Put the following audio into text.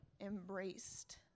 embraced